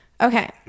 okay